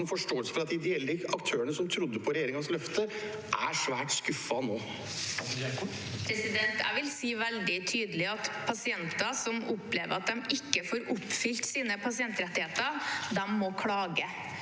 forståelse for at de ideelle aktørene som trodde på regjeringens løfte, er svært skuffet nå? Statsråd Ingvild Kjerkol Jeg vil si veldig tydelig at pasienter som opplever at de ikke får oppfylt sine pasientrettigheter, må klage.